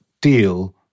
deal